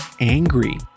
angry